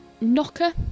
knocker